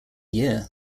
year